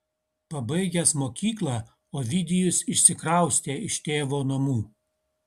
pabaigęs mokyklą ovidijus išsikraustė iš tėvo namų